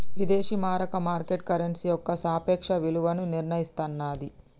విదేశీ మారక market currency యొక్క సాపేక్ష విలువను నిర్ణయిస్తన్నాది